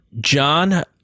John